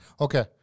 okay